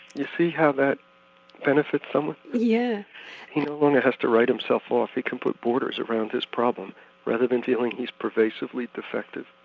you see how that benefits someone? yeah. he no longer has to write himself off, he can put borders around his problem rather than feeling he's pervasively defective.